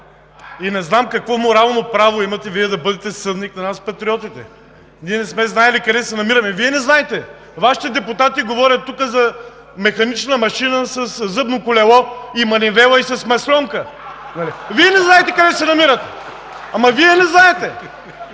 и не знам какво морално право имате да бъдете съдник на нас – Патриотите?! Ние не сме знаели къде се намираме – Вие не знаете! Вашите депутати говорят тук за механична машина със зъбно колело и манивела, и с масльонка. (Смях и оживление.) Вие не знаете къде се намирате! Ама Вие не знаете!